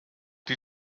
die